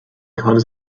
karte